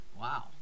Wow